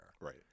right